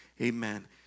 Amen